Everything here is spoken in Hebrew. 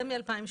זה מ-2018.